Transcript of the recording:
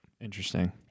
Interesting